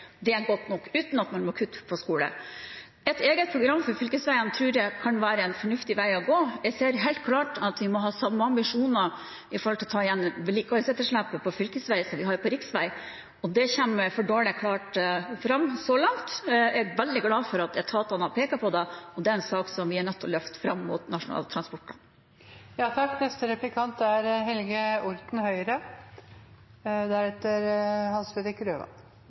det godt nok uten at man må kutte på skole. Et eget program for fylkesveiene tror jeg kan være en fornuftig vei å gå. Jeg ser helt klart at vi må ha samme ambisjoner med tanke på å ta igjen vedlikeholdsetterslepet på fylkesvei, som vi har på riksvei. Det kommer for dårlig fram, så langt. Jeg er veldig glad for at etatene har pekt på det, og det er en sak som vi er nødt til å løfte fram mot Nasjonal transportplan.